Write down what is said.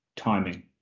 timing